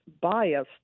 biased